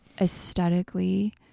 aesthetically